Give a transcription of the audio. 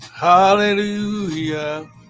Hallelujah